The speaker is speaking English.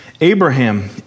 Abraham